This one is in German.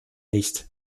nicht